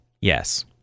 Yes